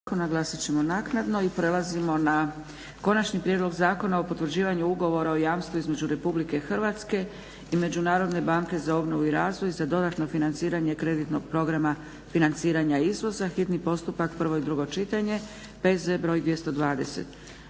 Dragica (SDP)** Prelazimo na - Konačni prijedlog zakona o potvrđivanju Ugovora o jamstvu između RH i Međunarodne banke za obnovu i razvoj za "Dodatno financiranje kreditnog programa financiranja izvoza", hitni postupak, prvo i drugo čitanje, P.Z. br. 220.